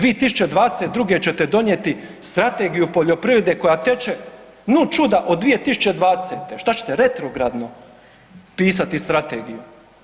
2022. ćete donijeti Strategiju poljoprivrede koja teče, nu čuda od 2020., što ćete retrogradno pisati strategiju?